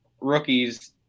rookies